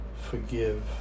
forgive